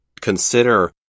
consider